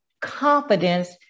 confidence